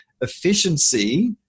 efficiency